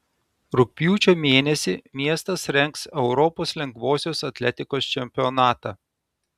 rugpjūčio mėnesį miestas rengs europos lengvosios atletikos čempionatą